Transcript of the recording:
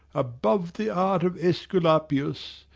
above the art of aesculapius,